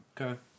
Okay